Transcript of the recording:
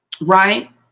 Right